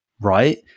right